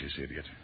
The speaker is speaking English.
idiot